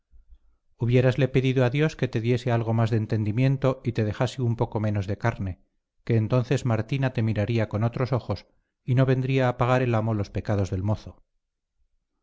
enemigo hubiérasle pedido a dios que te diese algo más de entendimiento y te dejase un poco menos de carne que entonces martina te miraría con otros ojos y no vendría a pagar el amo los pecados del mozo